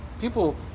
People